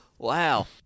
Wow